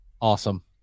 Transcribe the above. Awesome